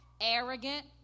arrogant